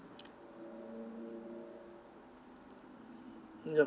yup